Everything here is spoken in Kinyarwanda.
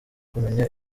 kumenya